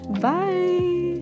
Bye